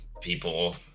people